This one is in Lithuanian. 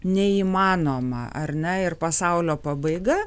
neįmanoma ar ne ir pasaulio pabaiga